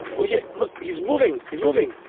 yeah, look he's moving he's moving